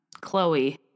Chloe